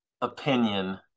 opinion